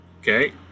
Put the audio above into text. okay